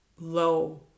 low